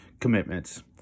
commitments